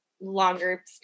longer